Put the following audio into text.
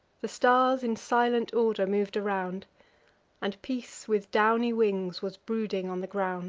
the stars in silent order mov'd around and peace, with downy wings, was brooding on the ground